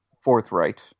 forthright